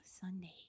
Sunday